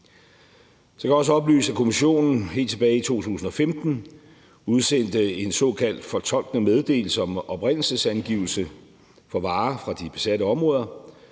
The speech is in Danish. Så kan jeg også oplyse, at Kommissionen helt tilbage i 2015 udsendte en såkaldt fortolkende meddelelse om oprindelsesangivelse for varer fra de besatte områder,